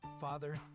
Father